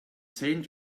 saint